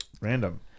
Random